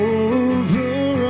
over